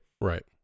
Right